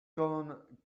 gone